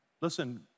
Listen